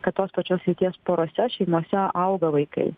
kad tos pačios lyties porose šeimose auga vaikai